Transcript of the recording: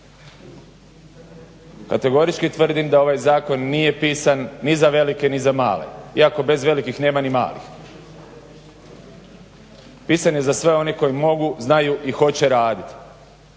Kategorički tvrdim da ovaj zakon nije pisan ni za velike ni za male. Iako bez velikih nema ni malih. Pisan je za sve one koji mogu, znaju i hoće raditi.